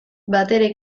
batere